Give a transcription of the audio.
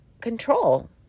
control